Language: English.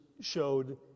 showed